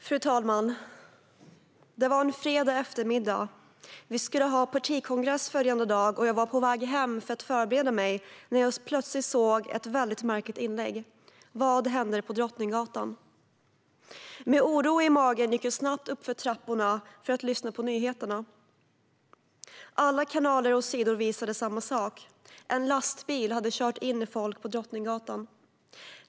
Fru talman! Det var en fredag eftermiddag. Vi skulle ha partikongress följande dag, och jag var på väg hem för att förbereda mig när jag plötsligt såg ett väldigt märkligt inlägg: Vad händer på Drottninggatan? Med oro i magen gick jag snabbt uppför trapporna för att lyssna på nyheterna. Alla kanaler och sidor visade samma sak: En lastbil hade kört in i folk på Drottninggatan.